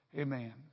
Amen